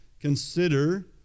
consider